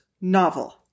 novel